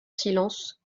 silence